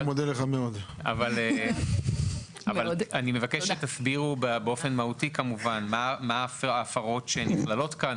אבל אני מבקש שתסבירו באופן מהותי מה ההפרות שנכללות כאן,